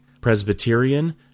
Presbyterian